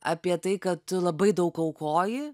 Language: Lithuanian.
apie tai kad tu labai daug aukoji